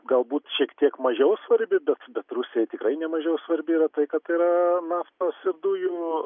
galbūt šiek tiek mažiau svarbi bet bet rusijai tikrai nemažiau svarbi yra tai kad tai yra naftos dujų